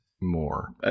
more